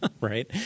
Right